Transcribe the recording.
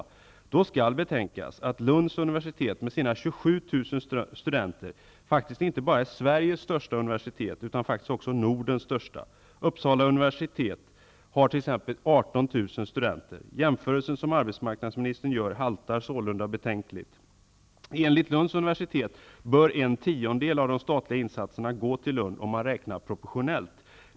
Men då skall betänkas att Lunds universitet, med sina 27 000 studenter, faktiskt inte bara är Sveriges största universitet utan också Nordens största. Uppsala universitet har t.ex. 18 000 studenter. Den jämförelse som arbetsmarknadsministern gör haltar sålunda betänkligt. Enligt Lunds universitet bör en tiondel av de statliga insatserna gå till Lund om man räknar proportionellt.